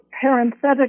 parenthetically